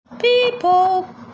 People